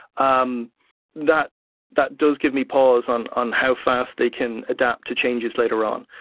um that that does give me pause on on how fast they can adapt to changes later on.